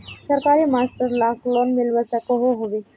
सरकारी master lakh loan मिलवा सकोहो होबे?